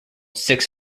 six